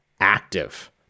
active